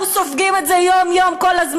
אנחנו סופגים את זה יום-יום, כל הזמן.